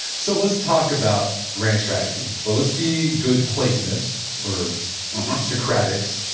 so let's talk about grand strategy, but let's be good platonists or socratists.